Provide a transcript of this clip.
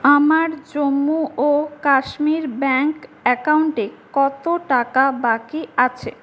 আমার জম্মু ও কাশ্মীর ব্যাঙ্ক অ্যাকাউন্টে কত টাকা বাকি আছে